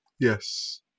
Yes